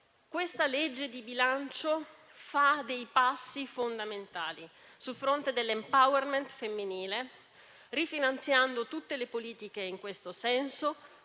Questa legge di bilancio fa dei passi fondamentali sul fronte dell'*empowerment* femminile, rifinanziando tutte le politiche in questo senso,